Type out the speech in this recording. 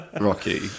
Rocky